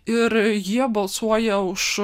ir jie balsuoja už